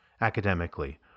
academically